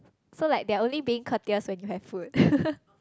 so like they are only being courteous when you have food